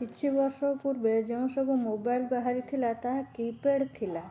କିଛି ବର୍ଷ ପୂର୍ବେ ଯେଉଁ ସବୁ ମୋବାଇଲ ବାହାରିଥିଲା ତାହା କିପେଡ଼ ଥିଲା